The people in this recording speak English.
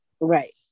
right